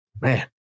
man